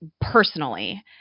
Personally